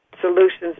solutions